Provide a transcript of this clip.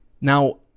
Now